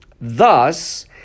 thus